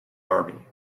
army